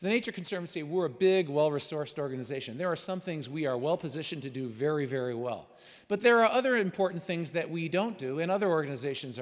the nature conservancy we're a big well resourced organization there are some things we are well positioned to do very very well but there are other important things that we don't do in other organizations